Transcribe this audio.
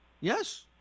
Yes